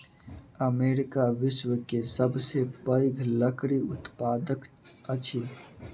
America विश्व के सबसे पैघ लकड़ी उत्पादक अछि